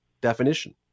definition